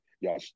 Y'all